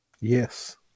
Yes